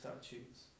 statutes